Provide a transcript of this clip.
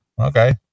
Okay